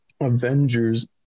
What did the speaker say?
Avengers